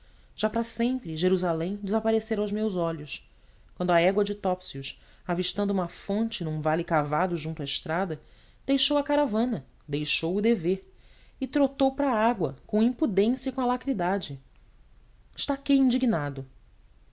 já para sempre jerusalém desaparecera aos meus olhos quando a égua de topsius avistando uma fonte num vale cavado junto à estrada deixou a caravana deixou o dever e trotou para a água com impudência e com alacridade estaquei indignado